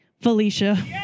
Felicia